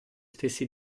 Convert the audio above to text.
stessi